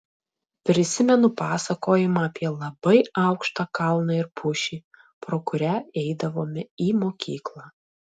prisimenu pasakojimą apie labai aukštą kalną ir pušį pro kurią eidavome į mokyklą